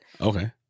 Okay